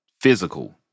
physical